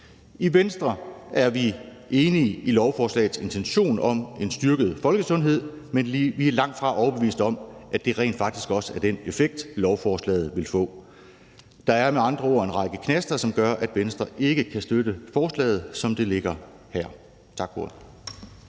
I Venstre er vi enige i lovforslagets intention om en styrket folkesundhed, men vi er langtfra overbevist om, at det rent faktisk også er den effekt, lovforslaget vil få. Der er med andre ord en række knaster, som gør, at Venstre ikke kan støtte forslaget, som det ligger her. Tak